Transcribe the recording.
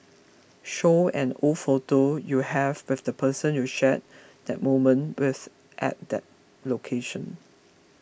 show an old photo you have with the person you shared that moment with at that location